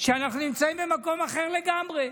שאנחנו נמצאים במקום אחר לגמרי: